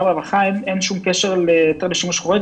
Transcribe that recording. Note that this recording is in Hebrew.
והרווחה אין שום קשר להיתר ששימוש חורג.